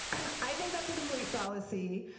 i think that's a complete fallacy.